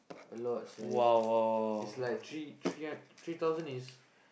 a lot sia it it's like three three hun three thousand is